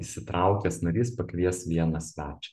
įsitraukęs narys pakvies vieną svečią